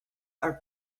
are